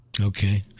Okay